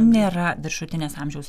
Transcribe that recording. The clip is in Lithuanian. nėra viršutinės amžiaus